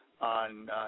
on